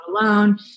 alone